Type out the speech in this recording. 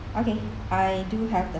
okay I do have the